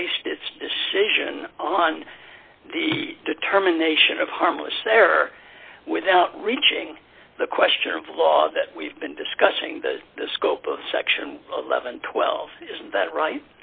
based its decision on the determination of harmless error without reaching the question of law that we've been discussing the scope of section levon twelve